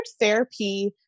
therapy